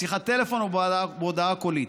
בשיחת טלפון או בהודעה קולית.